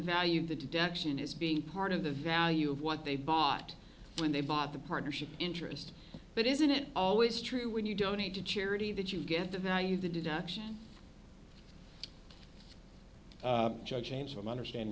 value of the deduction is being part of the value of what they bought when they bought the partnership interest but isn't it always true when you donate to charity that you get the value of the deduction judge james from understand